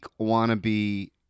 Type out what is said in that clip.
wannabe